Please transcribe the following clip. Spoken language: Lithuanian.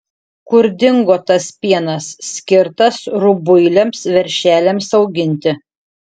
kur dingo tas pienas skirtas rubuiliams veršeliams auginti